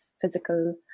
physical